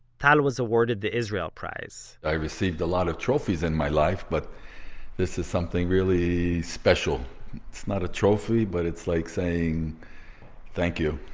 tal was awarded the israel prize i received a lot of trophies in my life, but this is something really special. it's not a trophy, but it's like saying thank you